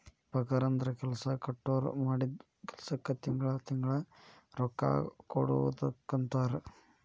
ಪಗಾರಂದ್ರ ಕೆಲ್ಸಾ ಕೊಟ್ಟೋರ್ ಮಾಡಿದ್ ಕೆಲ್ಸಕ್ಕ ತಿಂಗಳಾ ತಿಂಗಳಾ ರೊಕ್ಕಾ ಕೊಡುದಕ್ಕಂತಾರ